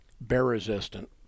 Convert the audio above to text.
bear-resistant